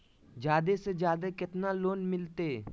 जादे से जादे कितना लोन मिलते?